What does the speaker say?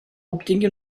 obtingui